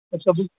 extra bill